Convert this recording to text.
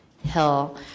Hill